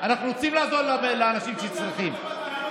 ארבע שנים?